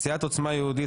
סיעת עוצמה יהודית